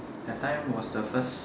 that time was the first